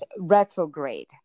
retrograde